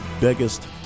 biggest